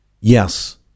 yes